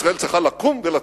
ישראל צריכה לקום ולצאת.